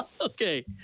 Okay